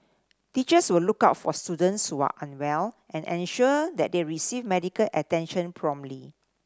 teachers will look out for students are unwell and ensure that they receive medical attention promptly